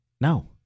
no